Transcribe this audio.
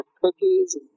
cookies